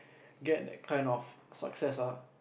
get that kind of success ah